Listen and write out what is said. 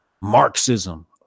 marxism